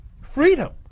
freedom